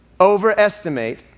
overestimate